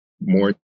more